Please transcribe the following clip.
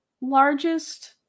largest